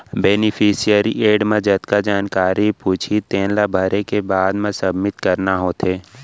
beneficiary add म जतका जानकारी पूछही तेन ला भरे के बाद म सबमिट करना होथे